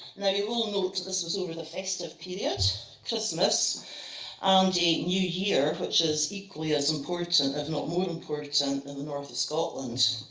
now, you will note, this was over the festive period christmas and new year, which is equally as important, if not more important in the north of scotland.